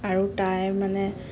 আৰু তাই মানে